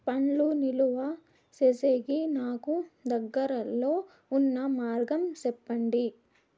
పండ్లు నిలువ సేసేకి నాకు దగ్గర్లో ఉన్న మార్గం చెప్పండి?